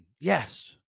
yes